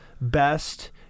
best